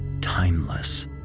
timeless